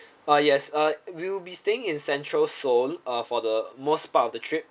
uh yes uh you'll be staying in central seoul uh for the most part of the trip